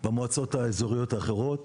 במועצות האזוריות האחרות,